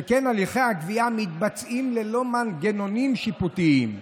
שכן הליכי הגבייה מתבצעים ללא מנגנונים שיפוטיים,